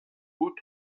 بود